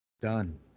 done